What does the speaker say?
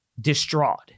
distraught